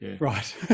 Right